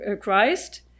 Christ